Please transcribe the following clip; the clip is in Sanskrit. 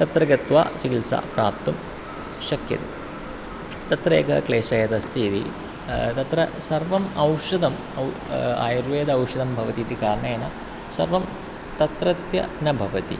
तत्र गत्वा चिकित्सा प्राप्तुं शक्यते तत्र एकः क्लेशः यदस्ति इति तत्र सर्वम् औषधम् आयुर्वेद औषधं भवति इति कारणेन सर्वं तत्रत्यं न भवति